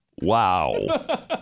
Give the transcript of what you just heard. Wow